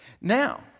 Now